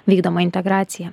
vykdoma integracija